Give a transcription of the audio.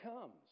comes